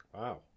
Wow